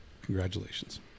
congratulations